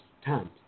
stand